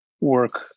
work